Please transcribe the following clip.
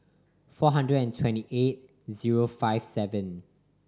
four hundred and twenty eight zero five seven